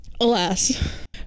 Alas